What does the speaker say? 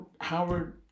Howard